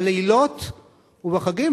בלילות ובחגים?